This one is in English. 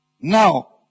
Now